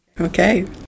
Okay